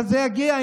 אבל זה יגיע.